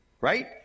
right